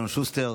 אלון שוסטר,